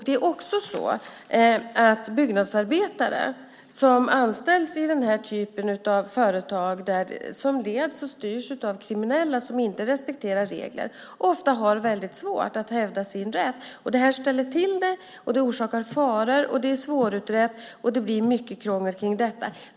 Det är också så att byggnadsarbetare som anställs i den här typen av företag, som leds och styrs av kriminella som inte respekterar regler, ofta har väldigt svårt att hävda sin rätt. Det här ställer till det, det orsakar faror, det är svårutrett och det blir mycket krångel kring detta.